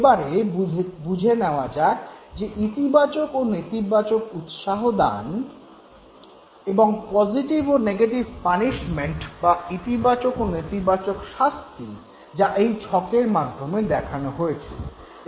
এবারে বুঝে নেওয়া যাক ইতিবাচক ও নেতিবাচক উৎসাহদান এবং পজিটিভ ও নেগেটিভ পানিশমেন্ট বা ইতিবাচক ও নেতিবাচক শাস্তি যা এই ছকের মাধ্যমে দেখানো হয়েছে